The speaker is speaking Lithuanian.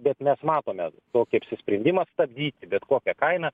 bet mes matome tokį apsisprendimą stabdyti bet kokią kainą